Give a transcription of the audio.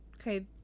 Okay